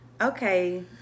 Okay